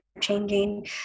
changing